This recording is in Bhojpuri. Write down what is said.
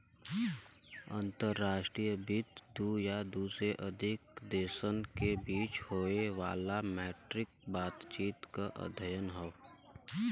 अंतर्राष्ट्रीय वित्त दू या दू से अधिक देशन के बीच होये वाला मौद्रिक बातचीत क अध्ययन हौ